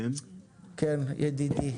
כן ידידי.